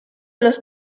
los